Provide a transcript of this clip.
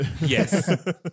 Yes